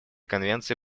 конвенции